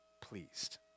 pleased